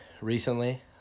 recently